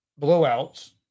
blowouts